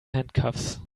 handcuffs